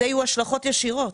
אלו יהיו ההשלכות הישירות.